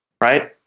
right